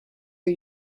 are